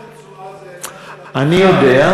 ביטוח תשואה זה משרד האוצר, אני יודע.